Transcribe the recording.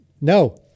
No